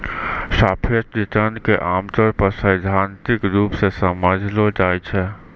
सापेक्ष रिटर्न क आमतौर पर सैद्धांतिक रूप सें समझलो जाय छै